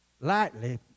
lightly